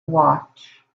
watch